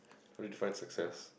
we try access